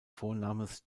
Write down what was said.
vornamens